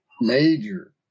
major